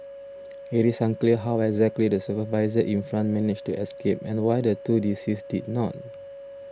it is unclear how exactly the supervisor in front managed to escape and why the two deceased did not